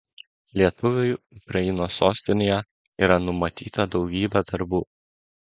lietuviui ukrainos sostinėje yra numatyta daugybė darbų